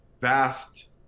vast